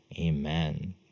Amen